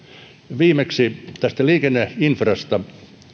viimeiseksi liikenneinfrasta